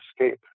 escape